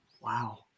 Wow